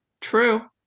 True